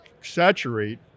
saturate